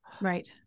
Right